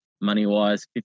money-wise